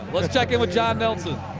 let's check in with john nelson.